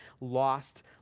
lost